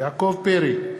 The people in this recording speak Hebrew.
יעקב פרי,